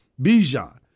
Bijan